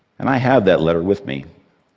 and i have that letter with me,